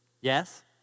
Yes